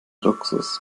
luxus